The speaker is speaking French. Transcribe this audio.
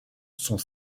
sont